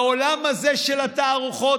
בעולם הזה של התערוכות,